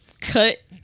cut